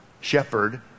shepherd